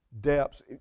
depths